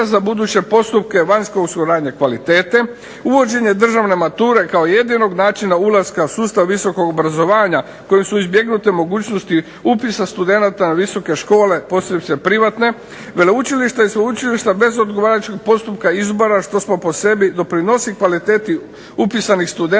za buduće postupke vanjske suradnje kvalitete, uvođenje državne mature kao jedinog načina ulaska u sustav visokog obrazovanja kojim su izbjegnute mogućnosti upisa studenata na visoke škole, posebice privatne; veleučilišta i sveučilišta bez odgovarajućeg postupka izbora što samo po sebi doprinosi kvaliteti upisanih studenata